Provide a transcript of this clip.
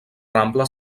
rambla